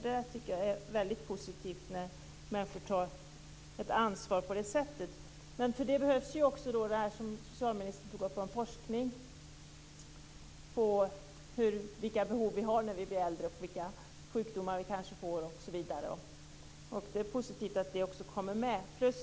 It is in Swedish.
Jag tycker att det är väldigt positivt när människor tar ansvar på det sättet. För detta behövs det som socialministern tog upp, nämligen forskning kring vilka behov vi har när vi blir äldre, vilka sjukdomar vi kanske får osv. Det är alltså positivt att detta också kommer med.